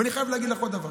ואני חייב להגיד לך עוד דבר: